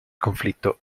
conflitto